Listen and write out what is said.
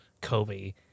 Kobe